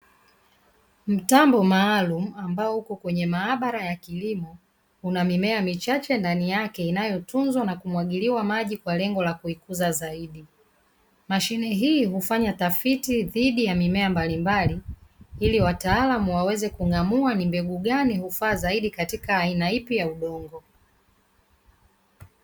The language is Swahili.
Mtambo maalumu ambao upo kwenye maabara ya kilimo una mimea michache ndani yake inayotunzwa na kumwagiliwa maji kwa lengo la kuikuza zaidi mashine hii hufanya tafiti dhidi ya mimea mbalimbali ili wataalamu waweze kung'amua ni mbegu gani hufaa zaidi katika aina ipi ya udongo.